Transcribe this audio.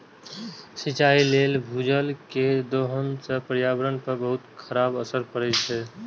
सिंचाइ लेल भूजल केर दोहन सं पर्यावरण पर बहुत खराब असर पड़ै छै